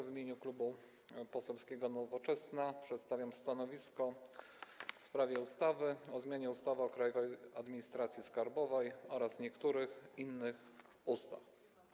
W imieniu Klubu Poselskiego Nowoczesna przedstawiam stanowisko w sprawie ustawy o zmianie ustawy o Krajowej Administracji Skarbowej oraz niektórych innych ustaw.